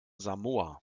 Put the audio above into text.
samoa